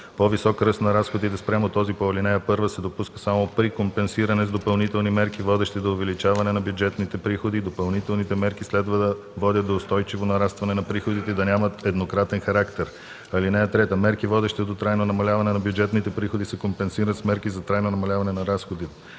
По-висок ръст на разходите спрямо този по ал. 1 се допуска само при компенсиране с допълнителни мерки, водещи до увеличаване на бюджетните приходи. Допълнителните мерки следва да водят до устойчиво нарастване на приходите и да нямат еднократен характер. (3) Мерки, водещи до трайно намаляване на бюджетните приходи, се компенсират с мерки за трайно намаляване на разходите.